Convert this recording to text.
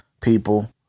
people